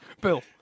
Bill